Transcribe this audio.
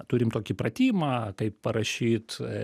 turim tokį pratimą kaip parašyt